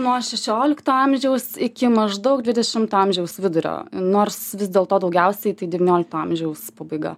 nuo šešiolikto amžiaus iki maždaug dvidešimto amžiaus vidurio nors vis dėl to daugiausiai tai devyniolikto amžiaus pabaiga